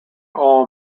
all